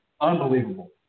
Unbelievable